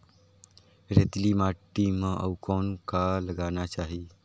रेतीली माटी म अउ कौन का लगाना चाही?